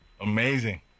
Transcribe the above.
amazing